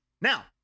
Now